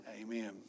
Amen